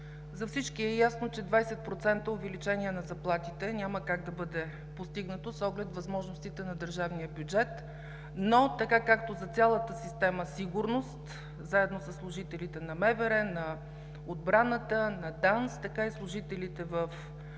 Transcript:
За всички е ясно, че 20% увеличение на заплатите няма как да бъде постигнато с оглед възможностите на държавния бюджет. Но така както за цялата система „Сигурност“, заедно със служителите на МВР, на отбраната, на ДАНС, така и служителите от